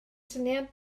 syniad